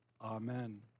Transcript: Amen